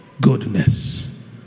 goodness